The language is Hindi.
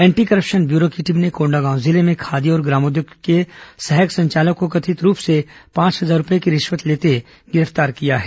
एंटी करप्शन ब्यूरो की टीम ने कोंडागांव जिले में खादी और ग्रामोद्योग के सहायक संचालक को कथित रूप से पांच हजार रूपये की रिश्वत लेते गिरफ्तार किया है